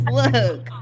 look